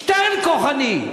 שטרן כוחני.